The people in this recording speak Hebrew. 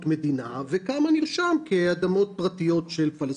מדינה וכמה נרשם כאדמות פרטיות של פלסטינים?